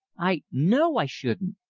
i know i shouldn't.